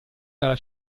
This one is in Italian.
dalla